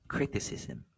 Criticism